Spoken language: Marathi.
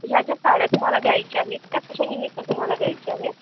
ह्या ज्या साड्या तुम्हाला द्यायच्या आहेत त्या कशानिमित्त तुम्हाला द्यायच्या आहेत